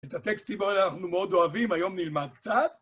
את הטקסטים האלה אנחנו מאוד אוהבים, היום נלמד קצת.